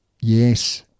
Yes